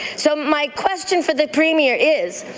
so my question for the premier is,